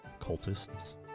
cultists